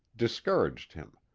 discouraged him.